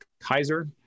Kaiser